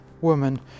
woman